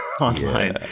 online